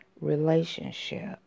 relationship